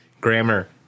Grammar